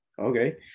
okay